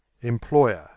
Employer